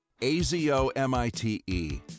A-Z-O-M-I-T-E